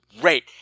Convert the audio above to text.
great